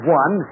one